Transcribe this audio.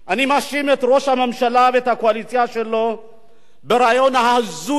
אני מאשים את ראש הממשלה ואת הקואליציה שלו ברעיון ההזוי